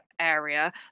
area